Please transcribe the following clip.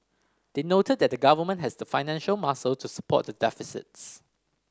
they noted that the Government has the financial muscle to support the deficits